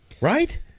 right